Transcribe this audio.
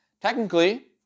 technically